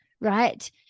right